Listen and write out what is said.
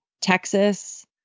Texas